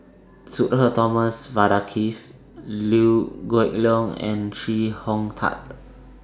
Sudhir Thomas Vadaketh Liew Geok Leong and Chee Hong Tat